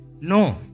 No